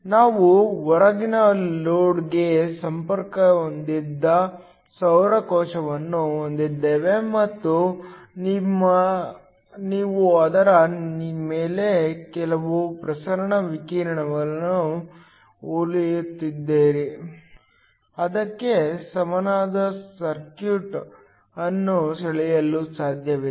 ನಾವು ಹೊರಗಿನ ಲೋಡ್ಗೆ ಸಂಪರ್ಕ ಹೊಂದಿದ ಸೌರ ಕೋಶವನ್ನು ಹೊಂದಿದ್ದೇವೆ ಮತ್ತು ನೀವು ಅದರ ಮೇಲೆ ಕೆಲವು ಪ್ರಸರಣ ವಿಕಿರಣವನ್ನು ಹೊಳೆಯುತ್ತಿರುವುದರಿಂದ ಅದಕ್ಕೆ ಸಮಾನವಾದ ಸರ್ಕ್ಯೂಟ್ ಅನ್ನು ಸೆಳೆಯಲು ಸಾಧ್ಯವಿದೆ